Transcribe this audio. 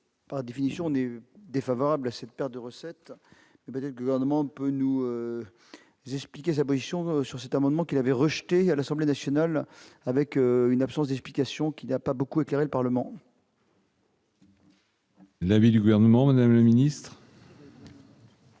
par définition n'est défavorable à cette perte de recettes et de gouvernement ne peut nous expliquer sa position sur cet amendement, qui avait rejeté à l'Assemblée nationale, avec une absence d'explication qu'il n'y a pas beaucoup éclairé le Parlement. L'avis du gouvernement, Madame le Ministre.